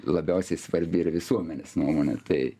labiausiai svarbi ir visuomenės nuomonė tai